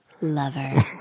Lover